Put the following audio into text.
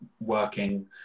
working